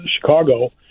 Chicago